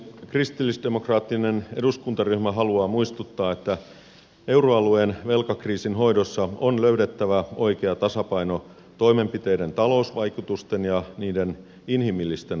kristillisdemokraattinen eduskuntaryhmä haluaa muistuttaa että euroalueen velkakriisin hoidossa on löydettävä oikea tasapaino toimenpiteiden talousvaikutusten ja niiden inhimillisten vaikutusten välillä